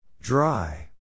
Dry